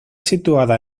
situada